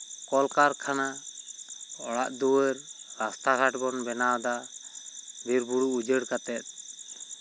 ᱠᱚᱞᱠᱟᱨᱠᱷᱟᱱᱟ ᱚᱲᱟᱜᱼᱫᱩᱣᱟᱹᱨ ᱨᱟᱥᱛᱟ ᱜᱷᱟᱴ ᱵᱚᱱ ᱵᱮᱱᱟᱣ ᱮᱫᱟ ᱵᱤᱨᱼᱵᱩᱨᱩ ᱩᱡᱟᱹᱲ ᱠᱟᱛᱮᱫ